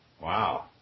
Wow